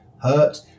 hurt